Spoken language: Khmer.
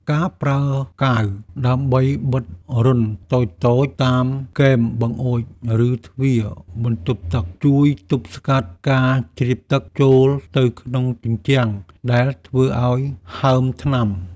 ការប្រើកាវដើម្បីបិទរន្ធតូចៗតាមគែមបង្អួច ឬទ្វារបន្ទប់ទឹក ជួយទប់ស្កាត់ការជ្រាបទឹកចូលទៅក្នុងជញ្ជាំងដែលធ្វើឱ្យហើមថ្នាំ។